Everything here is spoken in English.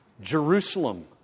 Jerusalem